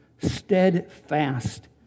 Steadfast